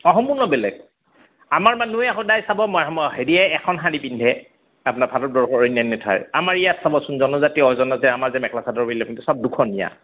অঁ সম্পূৰ্ণ বেলেগ আমাৰ মানুহে সদায় চাব হেৰিয়ে এখন শাৰী পিন্ধে আপোনাৰ ভাৰতবৰ্ষৰ অন্যান্য ঠাইৰ আমাৰ ইয়াত চাবচোন জনজাতীয় আমাৰ যে ইয়াত মেখেলা চাদৰ পিন্ধে চব দুখনীয়া